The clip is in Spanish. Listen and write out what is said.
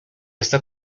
esta